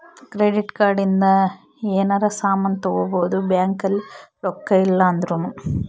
credit card ಇಂದ ಯೆನರ ಸಾಮನ್ ತಗೊಬೊದು ಬ್ಯಾಂಕ್ ಅಲ್ಲಿ ರೊಕ್ಕ ಇಲ್ಲ ಅಂದೃನು